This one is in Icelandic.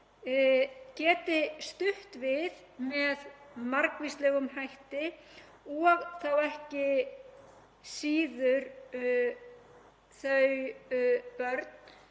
stutt við með margvíslegum hætti og þá ekki síður við þau börn